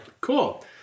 Cool